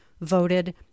voted